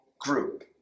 group